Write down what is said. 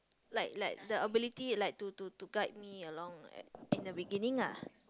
like like the ability like to to to guide me along eh in the beginning ah